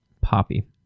Poppy